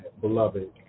beloved